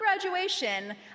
graduation